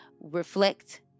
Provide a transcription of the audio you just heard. Reflect